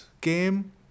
game